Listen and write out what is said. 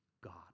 God